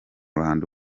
ruhando